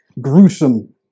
gruesome